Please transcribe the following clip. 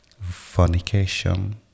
fornication